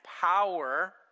power